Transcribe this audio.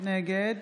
נגד